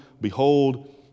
behold